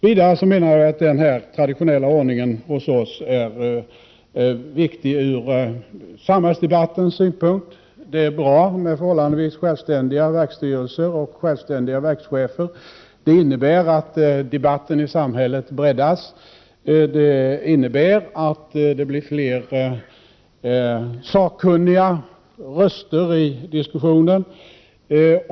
Vidare menar jag att den traditionella ordningen hos oss är viktig ur samhällsdebattens synpunkt. Det är bra med förhållandevis självständiga verksstyrelser och självständiga verkschefer. Det innebär att debatten i samhället breddas. Det innebär att det blir fler sakkunniga röster i diskussionen.